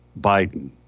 Biden